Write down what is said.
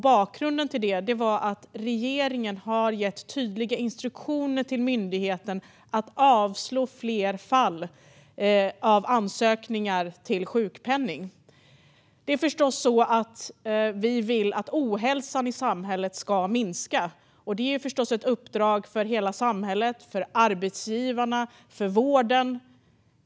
Bakgrunden var att regeringen har gett Försäkringskassan tydliga instruktioner att avslå fler ansökningar om sjukpenning. Alla vill förstås att ohälsan i samhället ska minska, och det är uppdrag för hela samhället, arbetsgivarna och vården.